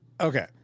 Okay